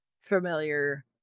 familiar